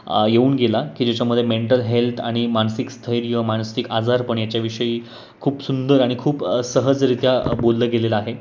येऊन गेला की ज्याच्यामध्ये मेंटल हेल्थ आणि मानसिक स्थैर्य मानसिक आजारपण याच्याविषयी खूप सुंदर आणि खूप सहजरित्या बोललं गेलेलं आहे